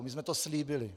My jsme to slíbili.